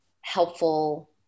helpful